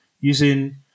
using